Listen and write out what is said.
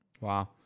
Wow